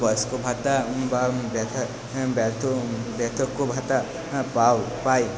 বয়স্ক ভাতা বা ব্যথা ব্যাত বার্ধক্য ভাতা পাও পায়